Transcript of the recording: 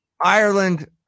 Ireland